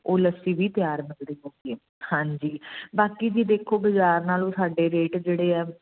ਉਹ ਲੱਸੀ ਵੀ ਤਿਆਰ ਹਾਂਜੀ ਬਾਕੀ ਜੀ ਦੇਖੋ ਬਜ਼ਾਰ ਨਾਲੋਂ ਸਾਡੇ ਰੇਟ ਜਿਹੜੇ ਹੈ